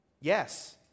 Yes